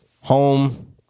Home